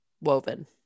woven